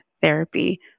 therapy